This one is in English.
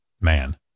man